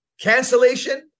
cancellation